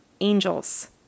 angels